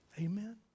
Amen